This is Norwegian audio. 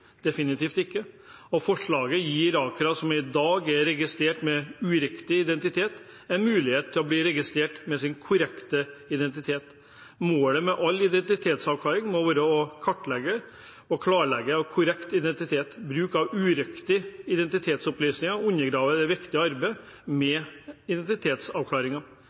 definitivt ikke. Forslaget gir irakere som i dag er registrert med uriktig identitet, en mulighet til å bli registrert med sin korrekte identitet. Målet med alle identitetsavklaringer må være å klarlegge korrekt identitet. Bruk av uriktige identitetsopplysninger undergraver det viktige arbeidet med identitetsavklaringer.